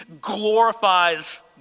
glorifies